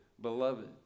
beloved